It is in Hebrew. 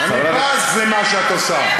אני בז למה שאת עושה.